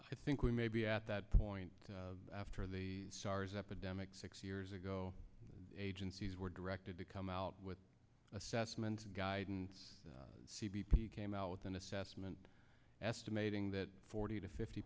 i think we may be at that point after the sars epidemic six years ago agencies were directed to come out with assessments and guidance c b p came out with an assessment estimating that forty to fifty